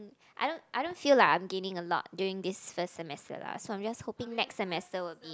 I don't I don't feel like I'm gaining a lot during this first semester lah so I'm just hoping next semester will be